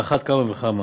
על אחת כמה וכמה.